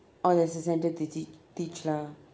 oh there is a centre to t~ teach lah